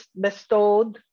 bestowed